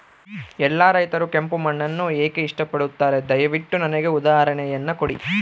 ಎಲ್ಲಾ ರೈತರು ಕೆಂಪು ಮಣ್ಣನ್ನು ಏಕೆ ಇಷ್ಟಪಡುತ್ತಾರೆ ದಯವಿಟ್ಟು ನನಗೆ ಉದಾಹರಣೆಯನ್ನ ಕೊಡಿ?